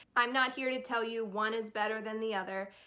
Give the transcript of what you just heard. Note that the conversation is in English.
i'm not here to tell you one is better than the other.